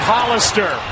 Hollister